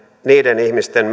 niiden ihmisten